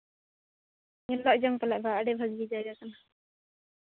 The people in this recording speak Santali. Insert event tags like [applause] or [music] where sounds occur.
[unintelligible] ᱟᱹᱰᱤ ᱵᱷᱟᱜᱮ ᱡᱟᱭᱜᱟ ᱠᱟᱱᱟ